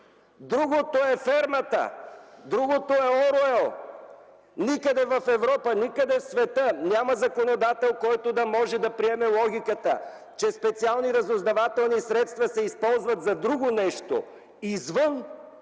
Другото е „Фермата”, другото е Оруел, никъде в Европа и в света няма законодател, който да може да приеме логиката, че специални разузнавателни средства се използват за друго нещо извън